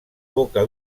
boca